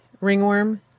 Ringworm